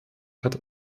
hat